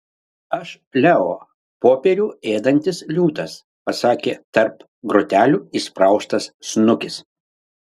aš leo popierių ėdantis liūtas pasakė tarp grotelių įspraustas snukis